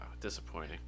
disappointing